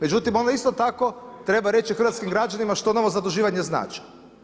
Međutim, onda isto tako treba reći hrvatskim građanima što novo zaduživanje znači.